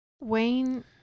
Wayne